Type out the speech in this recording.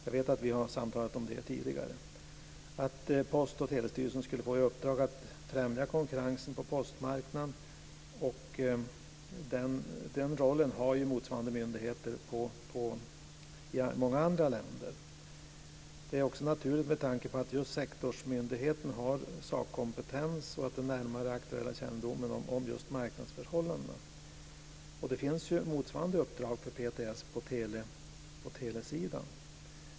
Jag vet att vi har samtalat om detta tidigare, att Post och telestyrelsen skulle få i uppdrag att främja konkurrensen på postmarknaden. Den rollen har ju motsvarande myndigheter i många andra länder. Det är också naturligt med tanke på att just sektorsmyndigheten har sakkompetens och aktuell kännedom om marknadsförhållandena. Det finns ju motsvarande uppdrag för PTS på telesidan.